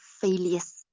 failures